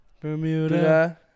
Bermuda